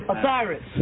Osiris